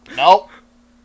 nope